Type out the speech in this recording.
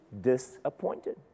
disappointed